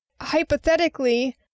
hypothetically